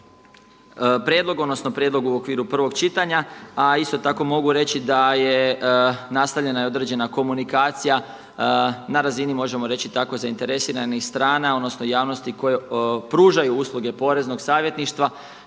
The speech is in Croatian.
prijedlog u okviru prvog čitanja, a isto tako mogu reći da je nastavljena i određena komunikacija na razini možemo reći tako zainteresiranih strana, odnosno javnosti koje pružaju usluge poreznog savjetništva